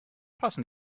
passen